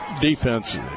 defense